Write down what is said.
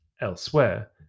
elsewhere